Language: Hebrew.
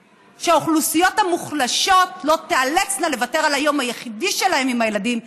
שהאוכלוסיות המוחלשות לא תאלצנה לוותר על היום היחיד שלהן עם הילדים,